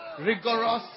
rigorous